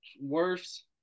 worse